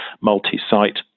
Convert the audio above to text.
multi-site